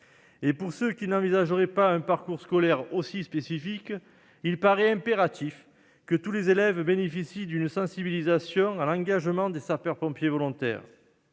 ceux qui n'envisageraient pas un parcours scolaire aussi spécifique, il paraît impératif que tous les élèves bénéficient d'une sensibilisation à l'engagement de sapeur-pompier volontaire.